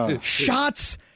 Shots